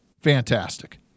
fantastic